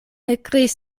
ekkriis